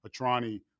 Atrani